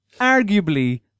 arguably